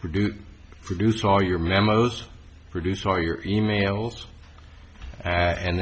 produce produce all your memos produce all your emails and